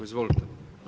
Izvolite.